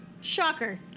Shocker